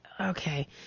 okay